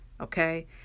okay